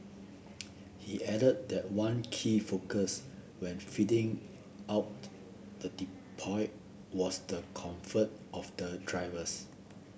he added that one key focus when fitting out the depot was the comfort of the drivers